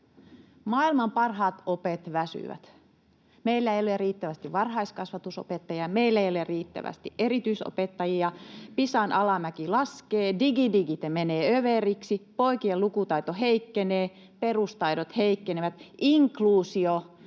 Maailman parhaat opet väsyvät. Meillä ei ole riittävästi varhaiskasvatusopettajia, meillä ei ole riittävästi erityisopettajia. Pisan alamäki laskee, digidigit menevät överiksi, poikien lukutaito heikkenee, perustaidot heikkenevät. Inkluusio